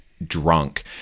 drunk